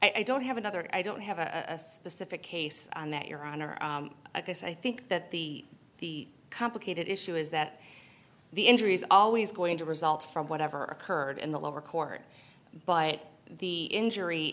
stay i don't have another i don't have a specific case your honor i guess i think that the the complicated issue is that the injuries always going to result from whatever occurred in the lower court by the injury